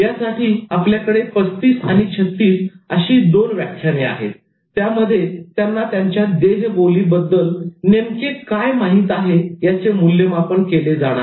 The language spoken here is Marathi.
यासाठी आपल्याकडे 35 आणि 36 अशी दोन व्याख्याने आहेत आणि यामध्ये त्यांना त्यांच्या देहबोलीबद्दल नेमके काय माहित आहे याचे मूल्यमापन केले जाणार आहे